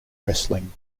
wrestling